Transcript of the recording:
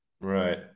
Right